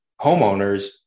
homeowners